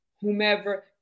whomever